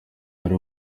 yari